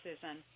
Susan